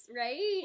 right